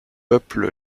peuple